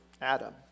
Adam